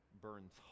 burns